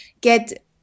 get